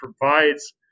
provides